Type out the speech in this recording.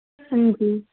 अंजी